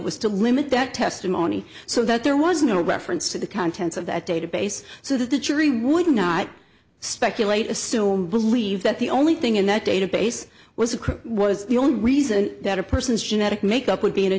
was to limit that testimony so that there was no reference to the contents of that database so that the jury would not speculate assume believe that the only thing in that database was a crime was the only reason that a person's genetic makeup would be in a